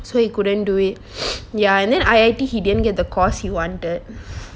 so he couldn't do it ya and then I_I_T he didn't get the course he wanted